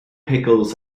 pickles